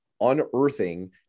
unearthing